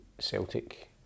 Celtic